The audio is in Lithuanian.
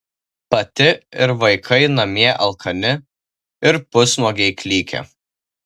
pati ir vaikai namie alkani ir pusnuogiai klykia